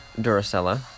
Duracella